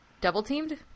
Double-teamed